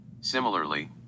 Similarly